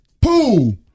pool